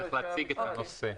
קודם צריך להציג את הנושא.